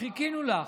חיכינו לך.